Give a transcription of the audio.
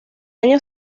año